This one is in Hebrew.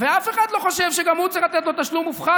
ואף אחד לא חושב שצריך לתת לו תשלום מופחת?